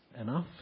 enough